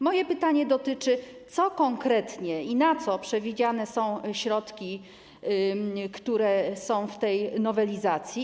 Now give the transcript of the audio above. Moje pytanie dotyczy konkretnie tego, na co przewidziane są środki, które są ujęte w tej nowelizacji.